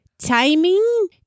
timing